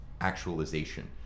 actualization